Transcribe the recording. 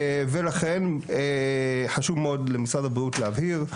לכן חשוב מאוד למשרד הבריאות להבהיר,